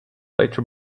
later